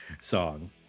song